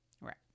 Right